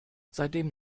seitdem